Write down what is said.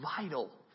vital